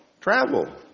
travel